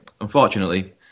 Unfortunately